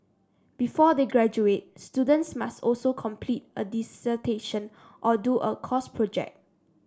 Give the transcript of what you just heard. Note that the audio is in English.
before they graduate students must also complete a dissertation or do a course project